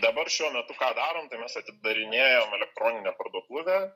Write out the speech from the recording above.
dabar šiuo metu ką darom tai mes atidarinėjam elektroninę parduotuvę